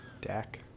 Dak